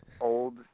old